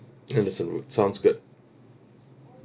anderson road sounds good